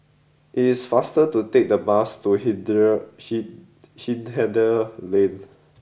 it is faster to take the bus to Hindhede Lane